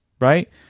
right